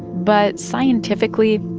but, scientifically,